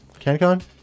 CanCon